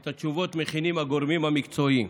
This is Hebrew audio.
את התשובות מכינים הגורמים המקצועיים.